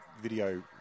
video